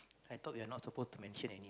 I thought we're not supposed to mention any